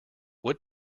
what